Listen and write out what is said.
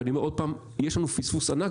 ואני אומר עוד פעם: יש לנו פספוס ענק,